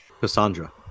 cassandra